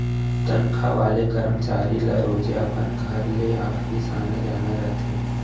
तनखा वाला करमचारी ल रोजे अपन घर ले ऑफिस आना जाना रथे